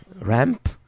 ramp